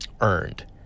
earned